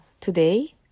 Today